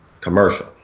Commercial